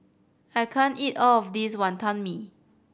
I can't eat all of this Wantan Mee